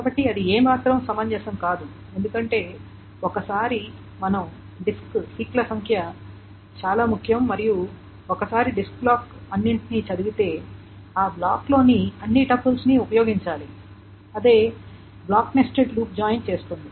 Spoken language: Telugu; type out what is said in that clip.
కాబట్టి అది ఏమాత్రం సమంజసం కాదు ఎందుకంటే ఒకసారి మనం డిస్క్ సీక్ల సంఖ్య చాలా ముఖ్యం మరియు ఒకసారి డిస్క్ బ్లాక్ అన్నింటికీ చదివితే ఆ బ్లాక్లోని అన్ని టపుల్స్ ఉపయోగించాలి అదే బ్లాక్ నెస్టెడ్ లూప్ జాయిన్ చేస్తుంది